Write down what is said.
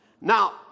Now